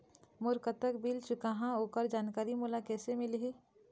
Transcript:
मोर कतक बिल चुकाहां ओकर जानकारी मोला कैसे मिलही?